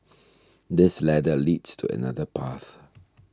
this ladder leads to another path